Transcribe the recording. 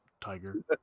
Tiger